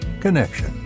Connection